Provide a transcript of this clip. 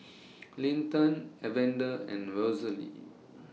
Linton Evander and Rosalie